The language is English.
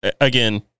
again